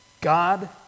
God